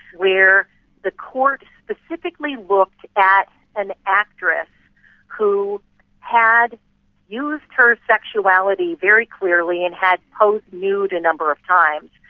where the court specifically looked at an actress who had used her sexuality very clearly and had posed nude a number of times,